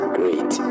great